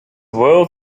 world